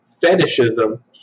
fetishism